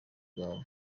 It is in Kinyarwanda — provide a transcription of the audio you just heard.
bwawe